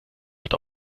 wird